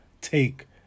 take